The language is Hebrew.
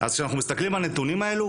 אז כשאנחנו מסתכלים על הנתונים האלה,